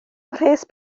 mhres